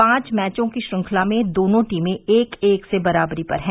पांच मैचों की श्रृंखला में दोनों टीमें एक एक से बराबरी पर हैं